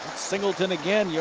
singleton again. yeah